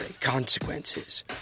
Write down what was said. consequences